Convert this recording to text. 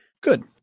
Good